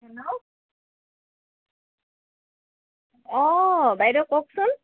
hello অঁ বাইদেউ কওকচোন